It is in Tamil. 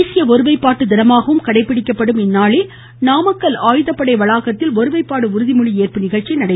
தேசிய ஒருமைப்பாட்டு தினமாகவும் கடைபிடிக்கப்படும் இந்நாளில் நாமக்கல் வளாகத்தில் ஒருமைப்பாடு உறுதிமொழி ஏற்பு நிகழ்ச்சி நடைபெற்றது